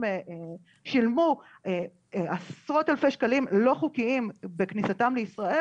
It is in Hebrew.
שילמו עשרות אלפי שקלים לא חוקיים בכניסתם לישראל,